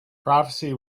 prophecy